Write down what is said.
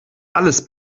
alles